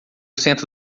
cento